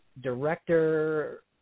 director